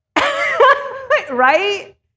right